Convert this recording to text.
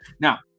Now